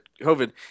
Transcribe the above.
COVID